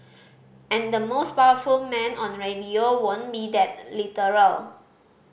and the most powerful man on radio won't be that literal